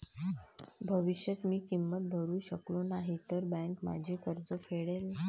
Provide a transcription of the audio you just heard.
भविष्यात मी किंमत भरू शकलो नाही तर बँक माझे कर्ज फेडेल